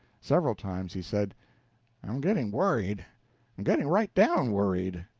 several times he said i'm getting worried, i'm getting right down worried.